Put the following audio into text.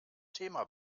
thema